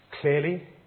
clearly